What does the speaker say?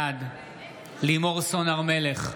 בעד לימור סון הר מלך,